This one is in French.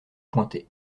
pointée